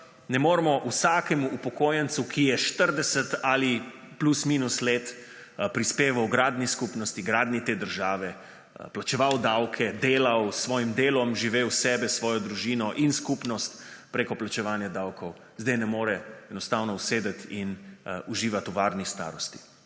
ne moremo vsakemu upokojencu, ki je 40 ali plus-minus let prispeval h gradnji skupnosti, h gradnji te države, plačeval davke, delal, s svojim delom živel sebe, svojo družino in skupnost preko plačevanja davkov, ne moremo omogočiti, da bi enostavno sedel in užival v varni starosti.